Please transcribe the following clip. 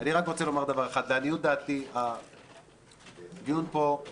היא אמרה את זה, הליכוד אמרו את זה.